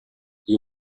you